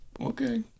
Okay